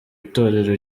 itorero